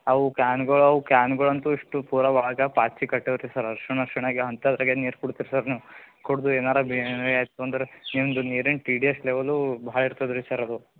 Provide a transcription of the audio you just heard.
ಅವು ಕ್ಯಾನ್ಗಳು ಅವು ಕ್ಯಾನ್ಗಳಂತು ಇಷ್ಟು ಪೂರ ಒಳಗೆ ಪಾಚಿ ಕಟ್ಟಿವೆ ರೀ ಸರ್ ಅರ್ಶಿಣ ಅರ್ಶಿಣ ಆಗಿವೆ ಅಂಥದ್ರಾಗೆ ನೀರು ಕೊಡ್ತೀರ ಸರ್ ನೀವು ಕುಡಿದು ಏನಾರೂ ಬೀ ಆಯಿತು ಅಂದರೆ ನಿಮ್ಮದು ನೀರಿಂದು ಟಿ ಡಿ ಎಸ್ ಲೆವೆಲ್ಲೂ ಭಾಳ ಇರ್ತದೆ ರೀ ಸರ್ ಅದು